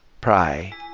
pray